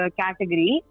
category